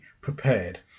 prepared